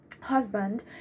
husband